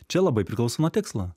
čia labai priklauso nuo tikslo